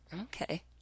Okay